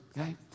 okay